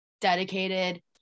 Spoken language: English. dedicated